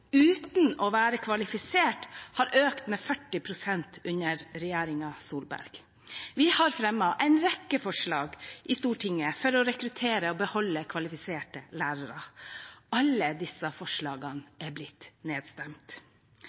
uten å være kvalifisert, har økt med 40 pst. under regjeringen Solberg. Vi har fremmet en rekke forslag i Stortinget for å rekruttere og beholde kvalifiserte lærere. Alle disse forslagene er blitt nedstemt.